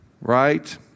right